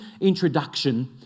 introduction